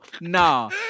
no